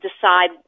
decide